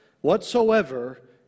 whatsoever